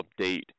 update